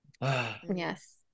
Yes